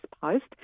Post